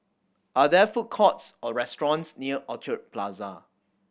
are there food courts or restaurants near Orchard Plaza